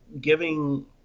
giving